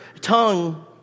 tongue